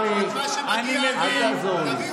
חבר הכנסת קרעי, אל תעזור לי.